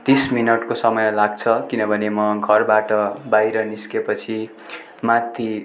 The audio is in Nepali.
तिस मिनटको समय लाग्छ किनभने म घरबाट बाहिर निस्केपछि माथि